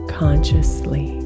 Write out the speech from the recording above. consciously